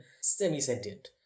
semi-sentient